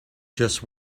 just